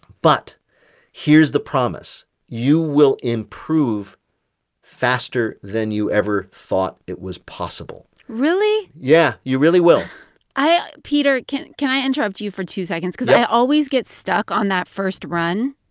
but here's the promise. you will improve faster than you ever thought it was possible really? yeah, you really will i peter, can can i interrupt you for two seconds? yep because i always get stuck on that first run.